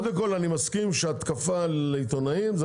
קודם כל אני מסכים שהתקפה על עיתונאים זו